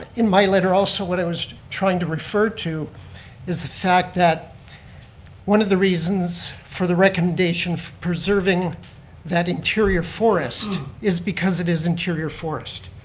in my letter also, what i was trying to refer to is the fact that one of the reasons for the recommendation preserving that interior forest is because it is interior forest,